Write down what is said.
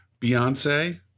Beyonce